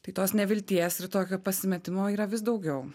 tai tos nevilties ir tokio pasimetimo yra vis daugiau